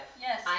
Yes